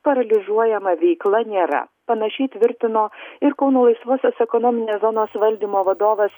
paralyžuojama veikla nėra panašiai tvirtino ir kauno laisvosios ekonominės zonos valdymo vadovas